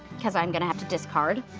cause i'm gonna have to discard.